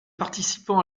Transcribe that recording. participants